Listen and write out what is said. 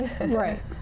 Right